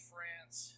France